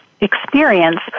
experience